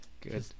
Good